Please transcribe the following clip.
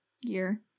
year